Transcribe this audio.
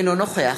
אינו נוכח